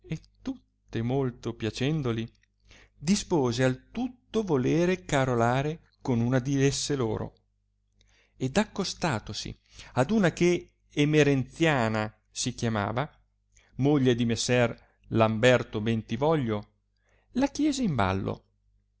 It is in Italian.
tutte molto piacendoli dispose al tutto volere carolare con una di esse loro ed accostatosi ad una che emerenziana si chiamava moglie di messer lamberto bentivoglio la chiese in ballo